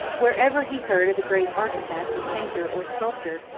wherever he heard of a great architect, painter, or sculptor,